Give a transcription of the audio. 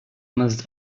must